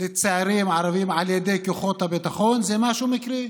כלפי צעירים ערבים על ידי כוחות הביטחון זה משהו מקרי,